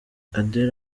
adele